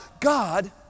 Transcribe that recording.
God